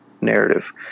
narrative